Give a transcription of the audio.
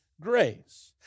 grace